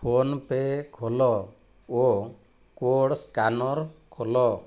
PhonePe' ଖୋଲ ଓ code scanner ଖୋଲ